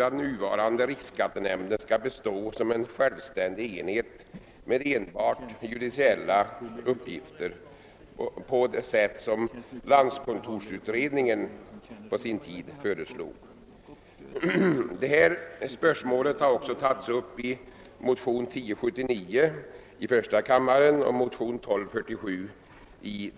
att den nuvarande riksskattenämnden skall bestå som en självständig enhet med enbart judiciella uppgifter på sätt landskontorsutredningen på sin tid föreslog. Detta spörsmål har också tagits upp i motionerna 1:1079 och II: 1247.